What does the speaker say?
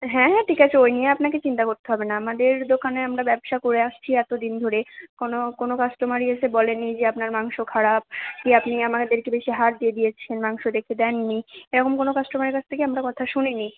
হ্যাঁ হ্যাঁ ঠিক আছে ওই নিয়ে আপনাকে চিন্তা করতে হবে না আমাদের দোকানে আমরা ব্যবসা করে আসছি এতদিন ধরে কোনো কোনো কাস্টমারই এসে বলেনি যে আপনার মাংস খারাপ কি আপনি আমাদেরকে বেশি হাড় দিয়ে দিয়েছেন মাংস দেখে দেননি এরকম কোনো কাস্টমারের কাছ থেকে আমরা কথা শুনিনি